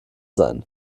sein